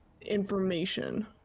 information